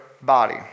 body